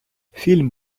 фільм